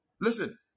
Listen